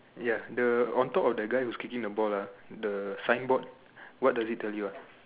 ya the on top of the guy who's kicking the ball ah the signboard what does it tell you ah